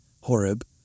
Horeb